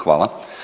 Hvala.